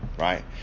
Right